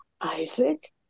Isaac